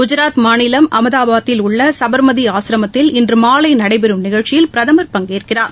குஜராத் மாநிலம் அஹமதாபாதில் உள்ள சுபர்மதி ஆசிரமத்தில் இன்று மாலை நடைபெறும் நிகழ்ச்சியில் பிரதமர் பங்கேற்கிறார்